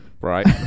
right